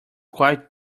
quite